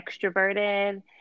extroverted